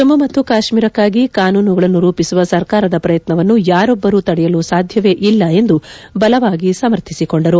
ಜಮ್ಮು ಮತ್ತು ಕಾಶ್ಮೀರಕ್ಕಾಗಿ ಕಾನೂನುಗಳನ್ನು ರೂಪಿಸುವ ಸರ್ಕಾರದ ಪ್ರಯತ್ನವನ್ನು ಯಾರೊಬ್ಬರು ತಡೆಯಲು ಸಾಧ್ಯವೇ ಇಲ್ಲ ಎಂದು ಬಲವಾಗಿ ಸಮರ್ಥಿಸಿಕೊಂಡರು